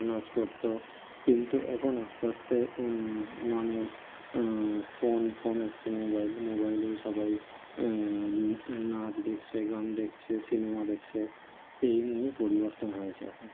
নাচ করত কিন্তু এখন আস্তে আস্তে মানুষ ফোন ফোন এসেছে মোবাইল মোবাইলেই সবাই নাচ দেখছে গান দেখছে সিনেমা দেখছে এই নিয়েই পরিবর্তন হয়েছে এখন